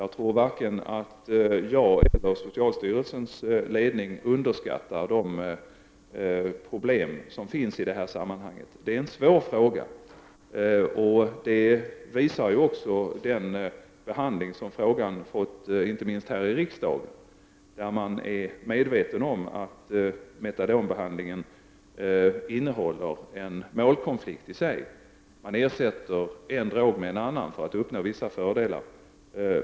Jag tror inte att vare sig jag eller socialstyrelsens ledning underskattar de problem som finns i detta sammanhang. Det är en svår fråga. Det visar också den behandling som frågan har fått, inte minst här i riksdagen. Man är medveten om att metadonbehandlingen i sig innehåller en målkonflikt: man ersätter en drog med en annan i syfte att uppnå vissa fördelar.